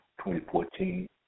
2014